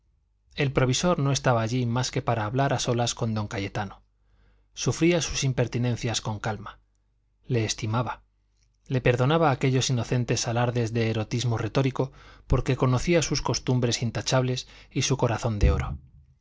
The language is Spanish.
el provisor no estaba allí más que para hablar a solas con don cayetano sufría sus impertinencias con calma le estimaba le perdonaba aquellos inocentes alardes de erotismo retórico porque conocía sus costumbres intachables y su corazón de oro